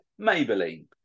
Maybelline